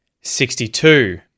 sixty-two